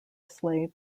slave